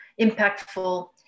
impactful